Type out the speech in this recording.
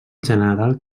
general